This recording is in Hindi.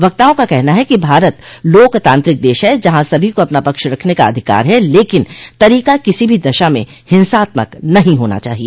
वक्ताओं का कहना है कि भारत लोकतांत्रिक देश है जहां सभी को अपना पक्ष रखने का अधिकार है लेकिन तरीका किसी भी दशा में हिंसात्मक नहीं होना चाहिए